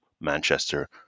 Manchester